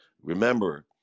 Remember